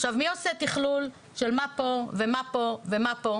עכשיו מי עושה תכלול, של מה פה ומה פה ומה פה?